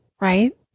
right